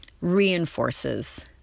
reinforces